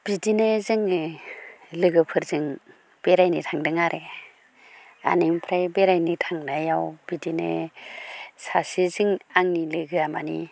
बिदिनो जोङो लोगोफोरजों बेरायनो थांदों आरो आरो इनिफ्राय बेरायनो थांनायाव बिदिनो सासेजों आंनि लोगोआ मानि